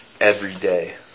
everyday